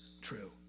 true